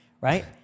right